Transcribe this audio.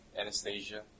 Anastasia